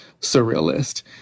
surrealist